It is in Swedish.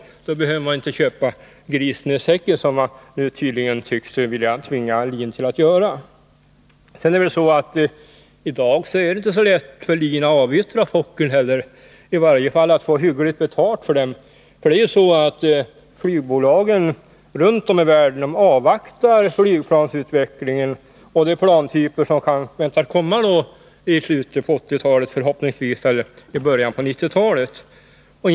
I så fall behöver man Onsdagen den inte köpa grisen i säcken — något som man nu tycks vilja tvinga LIN att 17 december 1980 göra. I dag är det inte så lätt för LIN att avyttra Fokkerplanen — i varje fall är det svårt att få hyggligt betalt för dem. Flygbolagen runt om i världen avvaktar flygplansutvecklingen och de plantyper som kan väntas komma förhoppningsvis i slutet av 1980-talet eller i början av 1990-talet.